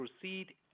proceed